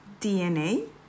DNA